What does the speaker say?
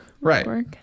Right